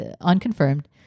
unconfirmed